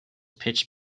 pitched